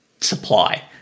supply